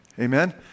Amen